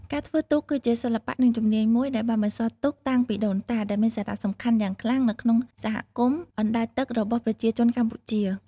ការធ្វើទូកគឺជាសិល្បៈ និងជំនាញមួយដែលបានបន្សល់ទុកតាំងពីដូនតា ដែលមានសារៈសំខាន់យ៉ាងខ្លាំងនៅក្នុងសហគមន៍អណ្តែតទឹករបស់ប្រជាជនកម្ពុជា។